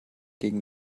gegen